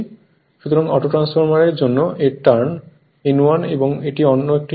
সুতরাং অটোট্রান্সফর্মার এর জন্য এর টার্ন N1 এবং এটি অন্য একটি টার্ন